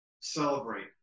celebrate